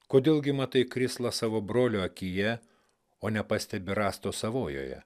kodėl gi matai krislą savo brolio akyje o nepastebi rąsto savojoje